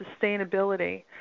sustainability